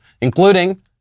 including